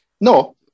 no